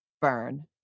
burn